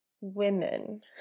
women